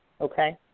okay